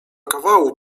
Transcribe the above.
kawału